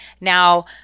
Now